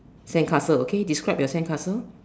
sandcastle okay describe your sandcastle